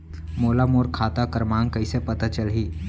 मोला मोर खाता क्रमाँक कइसे पता चलही?